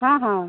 हाँ हाँ